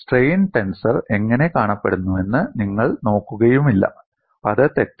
strain tensor എങ്ങനെ കാണപ്പെടുന്നുവെന്ന് നിങ്ങൾ നോക്കുകയുമില്ല അത് തെറ്റാണ്